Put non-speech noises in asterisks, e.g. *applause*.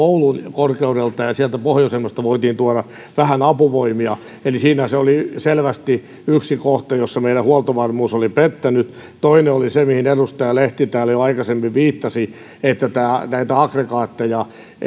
*unintelligible* oulun korkeudelta sieltä pohjoisemmasta voitiin tuoda vähän apuvoimia eli siinä oli selvästi yksi kohta jossa meidän huoltovarmuutemme oli pettänyt toinen oli se mihin edustaja lehti täällä jo aikaisemmin viittasi että näitä aggregaatteja ei